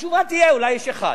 התשובה תהיה שאולי יש אחד.